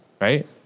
Right